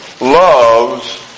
loves